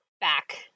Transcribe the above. back